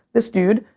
this dude,